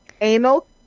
anal